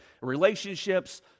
relationships